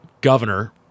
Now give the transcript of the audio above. governor